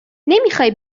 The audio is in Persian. نمیخوای